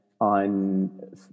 on